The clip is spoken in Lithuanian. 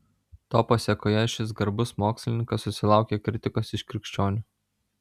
to pasėkoje šis garbus mokslininkas susilaukė kritikos iš krikščionių